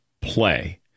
play